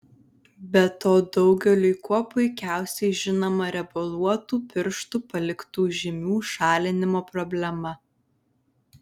be to daugeliui kuo puikiausiai žinoma riebaluotų pirštų paliktų žymių šalinimo problema